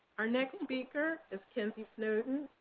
our next speaker is kenzie snowden.